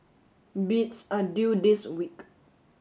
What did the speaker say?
bids are due this week